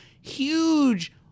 huge